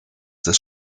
des